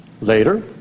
Later